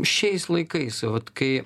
šiais laikais vat kai